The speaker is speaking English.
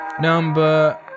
Number